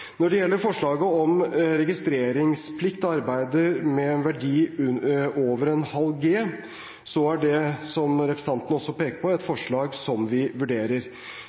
Når det gjelder forslaget om registreringsplikt for arbeider med en verdi over ½ G, er det ‒ som representanten også peker på ‒ et forslag som vi vurderer.